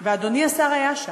ואדוני השר היה שם,